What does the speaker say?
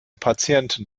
patienten